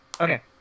Okay